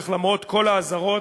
איך למרות כל האזהרות,